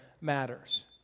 matters